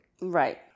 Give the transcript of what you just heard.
Right